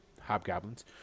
Hobgoblins